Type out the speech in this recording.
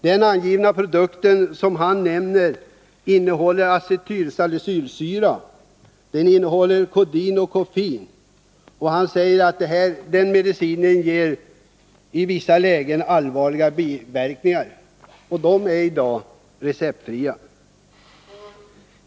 Den produkt han nämner innehåller acetylsalicylsyra, kodein och koffein, och han säger att denna medicin i vissa lägen ger allvarliga biverkningar — men den är receptfri.